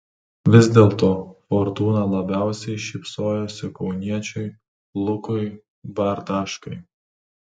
vis dėlto fortūna labiausiai šypsojosi kauniečiui lukui bartaškai